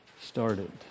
started